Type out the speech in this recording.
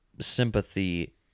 sympathy